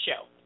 show